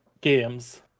games